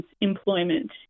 employment